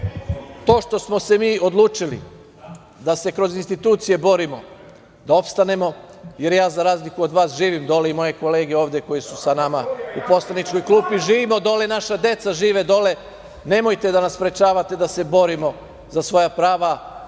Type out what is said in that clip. to što smo se mi odlučili da se kroz institucije borimo da opstanemo, jer ja za razliku od vas živim dole i moje kolege koje su sa nama u poslaničkoj klupi živimo dole i naša deca žive dole, nemojte da nas sprečavate da se borimo za svoja prava.